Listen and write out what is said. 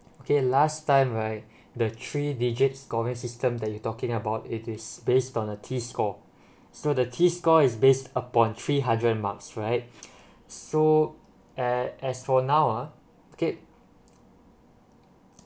okay last time right the three digit scoring system that you talking about it is based on a teas score so the teas score is based upon three hundred marks right so as as for now ah okay